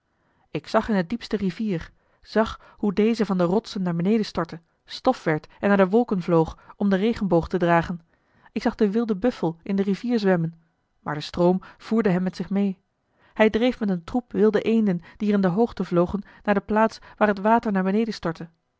ik zag in de diepste rivier zag hoe deze van de rotsen naar beneden stortte stof werd en naar de wolken vloog om den regenboog te dragen ik zag den wilden buffel in de rivier zwemmen maar de stroom voerde hem met zich mee hij dreef met een troep wilde eenden die er in de hoogte vlogen naar de plaats waar het water naar beneden stortte